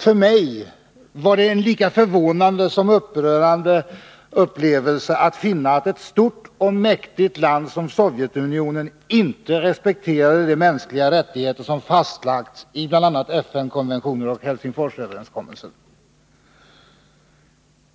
För mig var det en lika förvånande som upprörande upplevelse att finna att ett stort och mäktigt land som Sovjetunionen inte respekterade de mänskliga rättigheter som fastlagts i bl.a. FN-konventioner och Helsingforsöverenskommelsen.